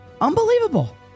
Unbelievable